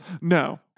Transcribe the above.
No